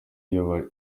iryo